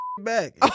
back